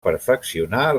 perfeccionar